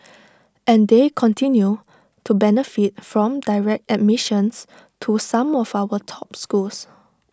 and they continue to benefit from direct admissions to some of our top schools